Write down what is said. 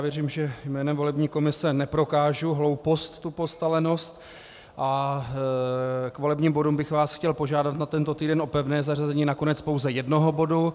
Věřím, že jménem volební komise neprokážu hloupost, tupost a lenost a k volebním bodům bych vás chtěl požádat na tento týden o pevné zařazení nakonec pouze jednoho bodu.